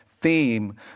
theme